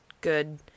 good